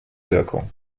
wirkung